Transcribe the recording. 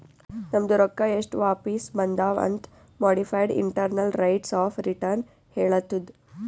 ನಮ್ದು ರೊಕ್ಕಾ ಎಸ್ಟ್ ವಾಪಿಸ್ ಬಂದಾವ್ ಅಂತ್ modified internal rates of return ಹೇಳತ್ತುದ್